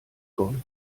gold